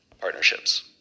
partnerships